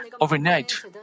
overnight